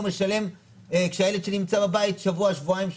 משלם כשהילד שלי נמצא בבית שבוע-שבועיים,